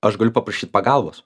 aš galiu paprašyt pagalbos